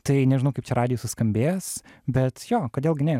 tai nežinau kaip čia radijuj suskambės bet jo kodėl gi ne